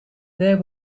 there